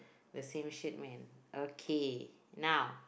the shit man okay now